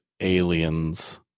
aliens